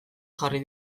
jarri